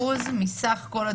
50% מה-200,000 אז יש מספר.